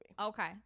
Okay